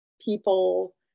People